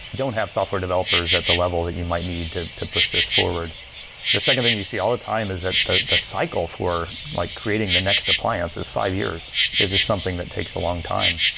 don't have software developers at the level that you might need to to push these forward the second thing you see all the time is that the the cycle for like creating the next appliance is five years. it is something that takes a long time.